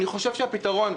אני חושב שהפתרון,